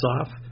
off